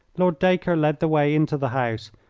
lord dacre led the way into the house,